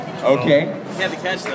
Okay